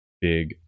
big